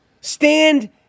stand